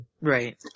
Right